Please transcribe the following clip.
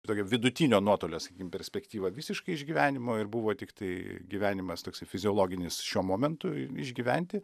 tokio vidutinio nuotolio sakykim perspektyva visiškai iš gyvenimo ir buvo tiktai gyvenimas toksai fiziologinis šiuo momentu išgyventi